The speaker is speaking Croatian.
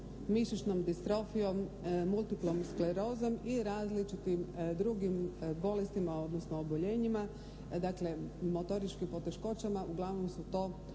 mišićnom distrofijom, multiplom sklerozom i različitim drugim bolestima, odnosno oboljenjima, dakle motoričkim poteškoćama. Uglavnom su to